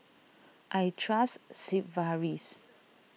I trust Sigvaris